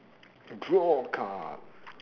draw a card